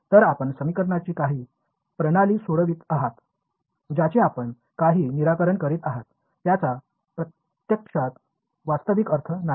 तर आपण समीकरणांची काही प्रणाली सोडवित आहात ज्याचे आपण काही निराकरण करीत आहात याचा प्रत्यक्षात वास्तविक अर्थ नाही